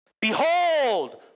Behold